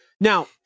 now